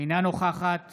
אינה נוכחת